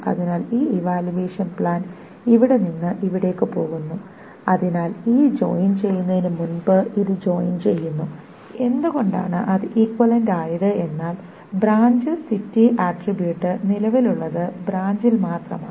അതിനാൽ ഈ evaluation plan ഇവിടെ നിന്ന് ഇവിടേക്ക് പോകുന്നു അതിനാൽ ഈ ജോയിൻ ചെയ്യുന്നതിന് മുൻപ് ഇത് ജോയിൻ ചെയ്യുന്നു എന്തുകൊണ്ടാണ് അത് ഈക്വിവാലെന്റ ആയത് എന്നാൽ ബ്രാഞ്ച് സിറ്റി ആട്രിബ്യൂട്ട് നിലവിലുള്ളത് ബ്രാഞ്ചിൽ മാത്രമാണ്